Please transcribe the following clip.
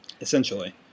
Essentially